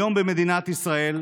היום במדינת ישראל,